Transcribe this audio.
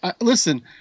listen